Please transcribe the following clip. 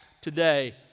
today